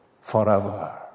forever